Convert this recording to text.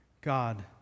God